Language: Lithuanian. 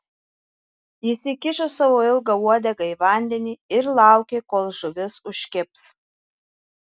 jis įkišo savo ilgą uodegą į vandenį ir laukė kol žuvis užkibs